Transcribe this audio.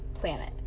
planet